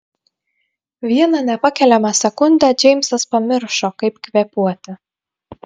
vieną nepakeliamą sekundę džeimsas pamiršo kaip kvėpuoti